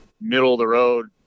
middle-of-the-road